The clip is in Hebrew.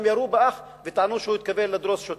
גם ירו באח וטענו שהוא התכוון לדרוס שוטרים.